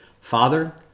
Father